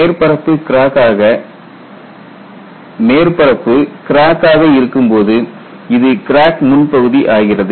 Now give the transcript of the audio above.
மேற்பரப்பு கிராக் ஆக இருக்கும்போது இது கிராக் முன்பகுதி ஆகிறது